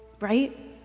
Right